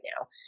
now